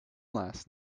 last